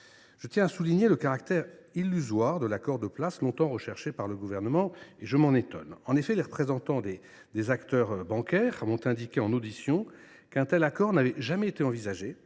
Je tiens à souligner le caractère illusoire de l’accord de place longtemps recherché par le Gouvernement et je m’en étonne. En effet, les représentants des acteurs bancaires m’ont indiqué en audition qu’un tel accord n’avait jamais été envisagé,